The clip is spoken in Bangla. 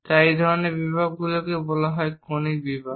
তাই এই ধরনের বিভাগগুলিকে বলা হয় কনিক বিভাগ